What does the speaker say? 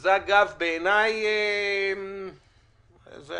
- שזה אגב בעיניי מאוד